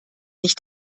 nicht